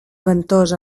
ventós